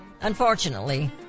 Unfortunately